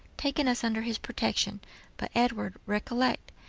taken us under his protection but, edward, recollect,